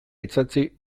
itsatsi